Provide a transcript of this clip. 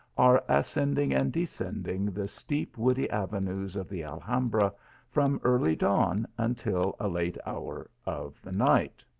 are ascending and descending the steep woody avenues of the alham bra from early dawn until a late hour of the night.